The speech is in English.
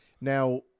Now